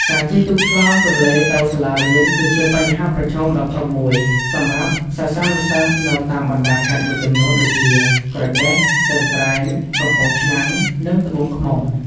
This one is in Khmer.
ការជិះទូកឆ្លងទន្លេទៅសាលារៀន គឺជាបញ្ហាប្រឈមដ៏ធំមួយសម្រាប់សិស្សានុសិស្សនៅតាមបណ្ដាខេត្តមួយចំនួនដូចជា ក្រចេះ ស្ទឹងត្រែង កំពង់ឆ្នាំង និង ត្បូងឃ្មុំ។